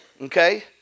Okay